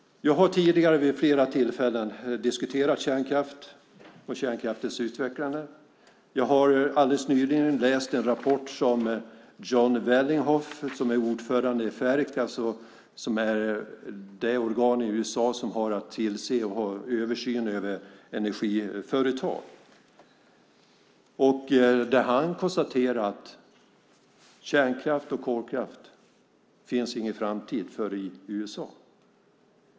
Jag har tidigare vid flera tillfällen diskuterat kärnkraft och kärnkraftens utveckling. Jag har alldeles nyligen läst en rapport av Jon Wellinghoff, som är ordförande i Ferc, det organ i USA som har översyn över energiföretag. Han konstaterar att det inte finns någon framtid för kärnkraft och kolkraft i USA.